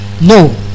No